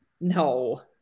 No